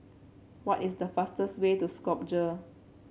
what is the fastest way to Skopje